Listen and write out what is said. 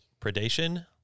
predation